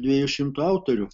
dviejų šimtų autorių